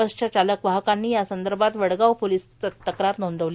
बसच्या चालक वाहकांनी यासंदर्भात वडगाव पोलिसात तक्रार नोंदवली